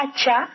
Acha